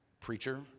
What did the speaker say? preacher